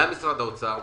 גם למשרד האוצר,